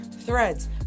threads